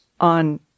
on